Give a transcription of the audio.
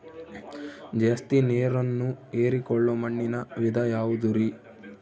ಜಾಸ್ತಿ ನೇರನ್ನ ಹೇರಿಕೊಳ್ಳೊ ಮಣ್ಣಿನ ವಿಧ ಯಾವುದುರಿ?